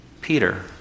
Peter